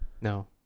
No